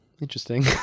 Interesting